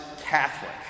Catholic